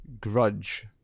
Grudge